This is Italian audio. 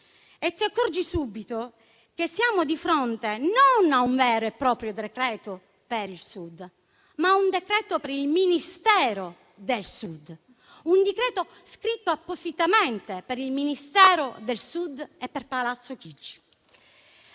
per accorgersi subito che siamo di fronte non a un vero e proprio decreto per il Sud, ma a un decreto per il Ministero del Sud, un decreto scritto appositamente per il Ministero del Sud e per Palazzo Chigi.